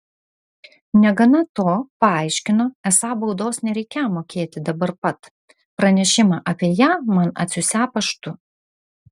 negana to paaiškino esą baudos nereikią mokėti dabar pat pranešimą apie ją man atsiųsią paštu